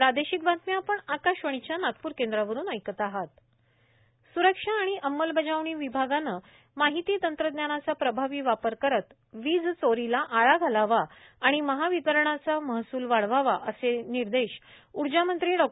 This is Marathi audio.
नितीन राऊत स्रक्षा आणि अंमलबजावणी विभागानं माहिती तंत्रज्ञानाचा प्रभावी वापर करत वीज चोरीला आळा घालावा आणि महावितरणचा महसूल वाढवावा असे निर्देश उर्जामंत्री डॉ